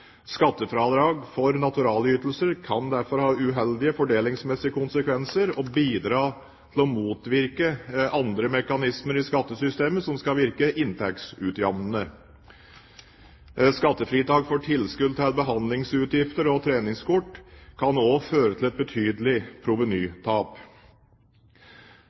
Skattefradrag for naturalytelser kan derfor få uheldige fordelingsmessige konsekvenser og bidra til å motvirke andre mekanismer i skattesystemet som skal virke inntektsutjevnende. Skattefritak for tilskudd til behandlingsutgifter og treningskort kan også føre til et betydelig provenytap.